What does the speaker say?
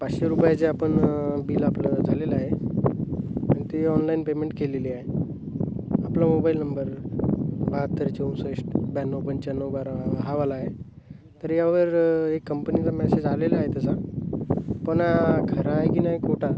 पाचशे रुपयांचे आपण बिल आपलं झालेलं आहे आणि तेही ऑनलाइन पेमेंट केलेली आहे आपला मोबाइल नंबर बाहत्तर चौसष्ट ब्याण्णव पंचाण्णव बारा हावाला आहे तर यावर एक कंपनीचा मॅशेज आलेला आहे तसा पण आ खरा आहे की नाही खोटा